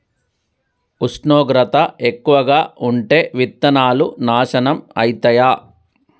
ఉష్ణోగ్రత ఎక్కువగా ఉంటే విత్తనాలు నాశనం ఐతయా?